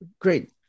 great